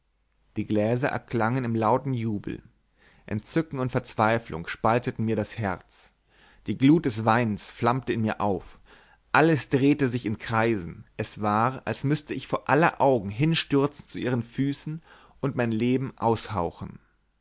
die gläser erklangen im lauten jubel entzücken und verzweiflung spalteten mir das herz die glut des weins flammte in mir auf alles drehte sich in kreisen es war als müßte ich vor aller augen hinstürzen zu ihren füßen und mein leben aushauchen